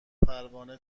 پروانه